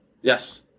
Yes